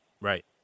Right